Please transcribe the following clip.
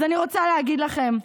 אז אני רוצה להגיד לכם,